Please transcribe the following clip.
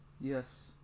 Yes